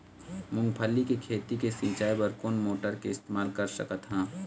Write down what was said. मूंगफली के खेती के सिचाई बर कोन मोटर के इस्तेमाल कर सकत ह?